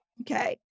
okay